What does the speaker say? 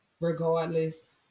regardless